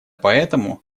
поэтому